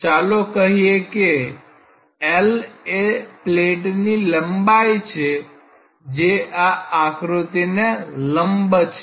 ચાલો કહી કે L એ પ્લેટની લંબાઈ છે જે આ આકૃતિને લંબ છે